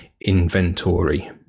inventory